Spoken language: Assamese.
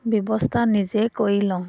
ব্যৱস্থা নিজে কৰি লওঁ